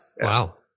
Wow